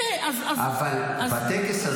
אבל בטקס הזה